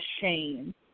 shame